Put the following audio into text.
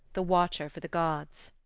the watcher for the gods.